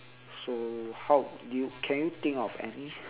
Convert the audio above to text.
so how do you can you think of any